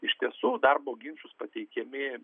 iš tiesų darbo ginčus pateikiami